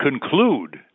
conclude